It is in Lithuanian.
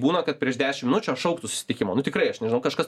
būna kad prieš dešim minučių atšauktų susitikimą nu tikrai aš nežinau kažkas